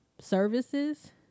services